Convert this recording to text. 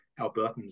Albertans